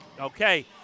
Okay